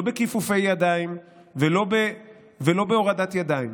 לא בכיפופי ידיים ולא בהורדת ידיים.